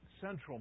central